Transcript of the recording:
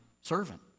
servant